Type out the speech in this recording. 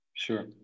Sure